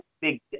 big